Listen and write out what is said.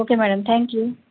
okay madam thank you